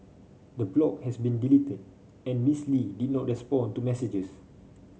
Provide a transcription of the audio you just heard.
the blog has been deleted and Miss Lee did not respond to messages